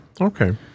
Okay